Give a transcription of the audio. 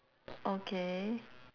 okay